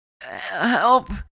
Help